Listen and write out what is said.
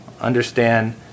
understand